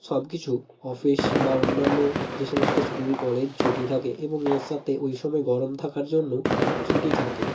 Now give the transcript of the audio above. সব কিছু অফিস বা অন্যান্য যে সমস্ত স্কুল কলেজ ছুটি থাকে এবং এর সাথে ওই সময় গরম থাকার জন্যও ছুটি থাকে